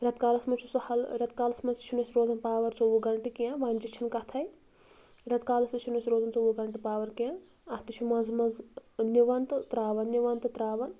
رٮ۪تہٕ کالَس منٛز چھُ سُہ ہل رٮ۪تہٕ کالَس منٛز تہِ چھُنہٕ اَسہِ روزان پاوَر ژوٚوُہ گَنٹہٕ کیٚنٛہہ ونٛدچہٕ چھَنہٕ کَتھَے رٮ۪تہٕ کالَس تہِ چھُنہٕ اَسہِ روزان ژوٚوُہ گَنٹہٕ پاوَر کیٚنٛہہ اَتھ تہِ چھُ منٛزٕ منٛزٕ نِوان تہٕ ترٛاوان نِوان تہٕ ترٛاوان